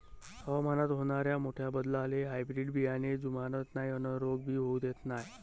हवामानात होनाऱ्या मोठ्या बदलाले हायब्रीड बियाने जुमानत नाय अन रोग भी होऊ देत नाय